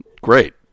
Great